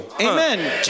Amen